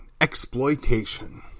exploitation